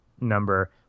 number